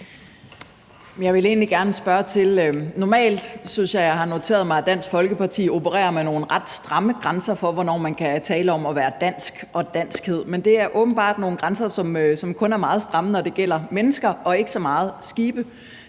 Eva Flyvholm (EL): Normalt synes jeg, jeg har noteret mig, at Dansk Folkeparti opererer med nogle ret stramme grænser for, hvornår man kan tale om at være dansk, og hvornår noget er danskhed, men det er åbenbart nogle grænser, som kun er meget stramme, når det gælder mennesker, og ikke så meget,